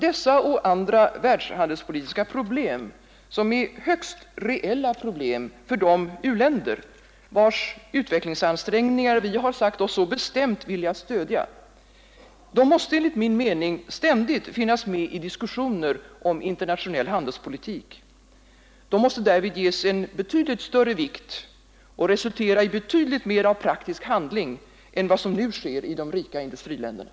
Dessa och andra världshandelspolitiska problem, som är högst reella problem för de u-länder, vilkas utvecklingsansträngningar vi har sagt oss så bestämt vilja stödja, måste enligt min mening ständigt finnas med i diskussioner om internationell handelspolitik. De måste därvid ges en betydligt större vikt och resultera i betydligt mer av praktisk handling än vad som nu sker i de rika industriländerna.